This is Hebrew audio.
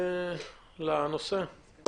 הסכום